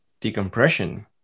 decompression